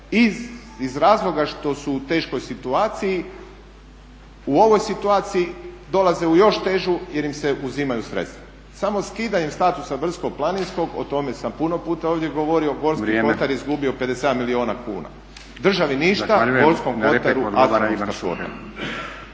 iz razloga što su u teškoj situaciji u ovoj situaciji dolaze u još težu jer im se uzimaju sredstva. Samo skidanjem statusa brdsko-planinskog o tome sam puno puta ovdje govorio Gorski Kotar izgubio 57 milijuna kuna. državi ništa, Gorskom Kotaru … /Govornici